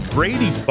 Brady